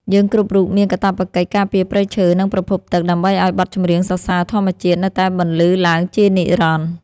យើងគ្រប់រូបមានកាតព្វកិច្ចការពារព្រៃឈើ និងប្រភពទឹក ដើម្បីឱ្យបទចម្រៀងសរសើរធម្មជាតិនៅតែបន្លឺឡើងជានិរន្តរ៍។